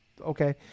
okay